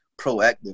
proactive